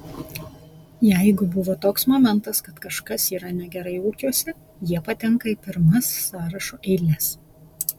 jeigu buvo toks momentas kad kažkas yra negerai ūkiuose jie patenka į pirmas sąrašo eiles